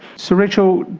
so rachel,